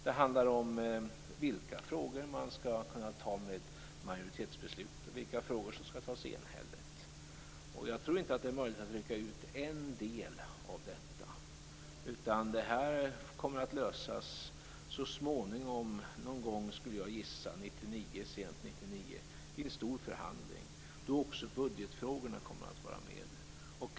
Det handlar också om vilka frågor man skall kunna fatta med majoritetsbeslut och vilka frågor som skall beslutas enhälligt. Jag tror inte att det är möjligt att rycka ut en del av detta, utan det kommer att lösas någon gång, skulle jag gissa, sent 1999 i en stor förhandling, då också budgetfrågorna kommer att vara med.